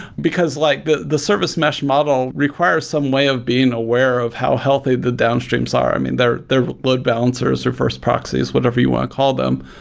because like the the service mesh model requires some way of being aware of how healthy the downstreams are. i mean, their their load balancers, their first proxies, whatever you want to call them.